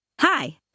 Hi